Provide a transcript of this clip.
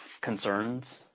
concerns